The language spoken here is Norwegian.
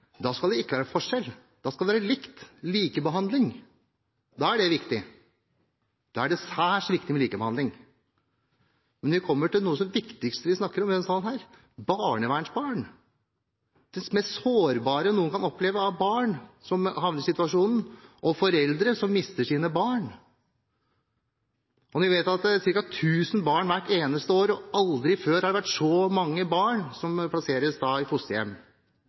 da skal det ikke være forskjell, da skal det være likt, likebehandling. Da er det viktig; da er det særs viktig med likebehandling. Men når vi kommer til noe av det viktigste vi snakker om i denne salen, barnevernsbarn – det mest sårbare barn som havner i den situasjonen, kan oppleve – og foreldre som mister sine barn, og når vi vet at ca. 1 000 barn hvert eneste år plasseres, aldri før har det vært så mange barn som plasseres i fosterhjem